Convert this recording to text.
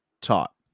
taught